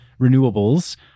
renewables